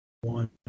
one